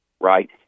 Right